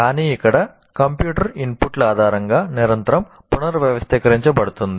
కానీ ఇక్కడ కంప్యూటర్ ఇన్పుట్ల ఆధారంగా నిరంతరం పునర్వ్యవస్థీకరించబడుతోంది